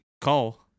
call